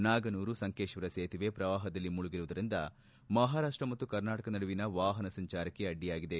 ನಾಗನೂರು ಸಂಕೇಶ್ವರ ಸೇತುವೆ ಪ್ರವಾಹದಲ್ಲಿ ಮುಳುಗಿರುವುದರಿಂದ ಮಹಾರಾಷ್ಟ ಮತ್ತು ಕರ್ನಾಟಕ ನಡುವಿನ ವಾಹನ ಸಂಚಾರಕ್ಕೆ ಅಡ್ಡಿಯಾಗಿದೆ